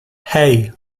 hey